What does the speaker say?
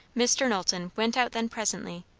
mr. knowlton went out then presently,